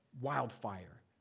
wildfire